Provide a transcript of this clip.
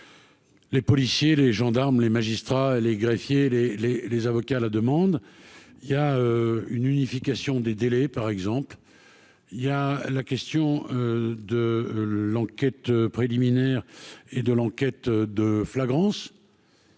Les policiers, les gendarmes, les magistrats, les greffiers, les, les, les avocats, la demande il y a une unification des délais, par exemple, il y a la question de l'enquête préliminaire et de l'enquête de flagrance.